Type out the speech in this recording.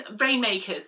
Rainmakers